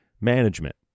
management